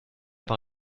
par